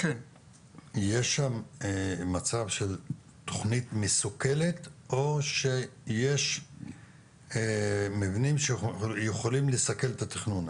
יש שם מצב של תכנית מסוכלת או שיש מבנים שיכולים לסכל את התכנון?